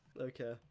Okay